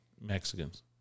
Mexicans